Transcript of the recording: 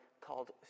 called